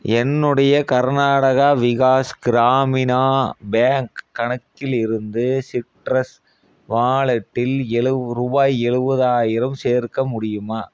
என்னுடைய கர்நாடகா விகாஸ் கிராமினா பேங்க் கணக்கில் இருந்து சிட்ரஸ் வாலெட்டில் எலு ரூபாய் எழுவதாயிரம் சேர்க்க முடியுமா